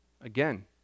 again